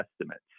estimates